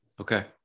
Okay